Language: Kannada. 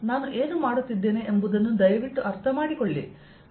ನಾನು ಏನು ಮಾಡುತ್ತಿದ್ದೇನೆ ಎಂಬುದನ್ನು ದಯವಿಟ್ಟು ಅರ್ಥಮಾಡಿಕೊಳ್ಳಿ